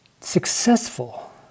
successful